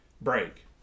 break